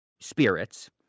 spirits